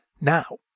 Now